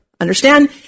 understand